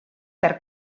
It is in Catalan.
per